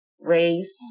race